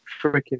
freaking